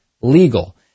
legal